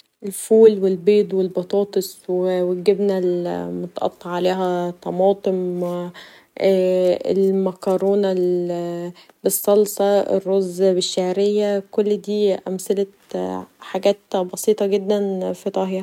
الفول و البيض و البطاطس و الجبنه المتقطع عليها طماطم المكرونه بالصلصه الرز بالشعريه كل دي أمثله حاجات بسيطه جدا في طهيها.